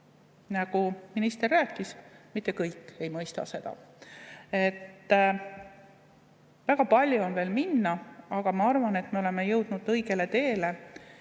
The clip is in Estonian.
Nagu minister rääkis, mitte kõik ei mõista seda. Väga palju on veel minna, aga ma arvan, et me oleme jõudnud õigele teele.